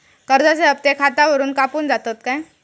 कर्जाचे हप्ते खातावरून कापून जातत काय?